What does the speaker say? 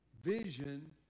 vision